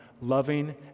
loving